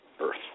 Earth